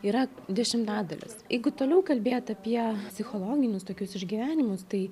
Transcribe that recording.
yra dešimtadalis jeigu toliau kalbėt apie psichologinius tokius išgyvenimus tai